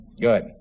Good